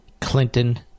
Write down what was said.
Clinton